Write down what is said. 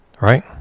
Right